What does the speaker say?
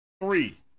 three